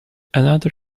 another